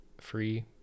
free